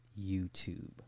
YouTube